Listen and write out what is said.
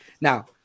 now